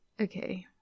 Okay